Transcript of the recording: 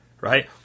right